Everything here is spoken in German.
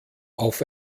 auf